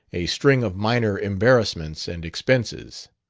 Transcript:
a string of minor embarrassments and expenses.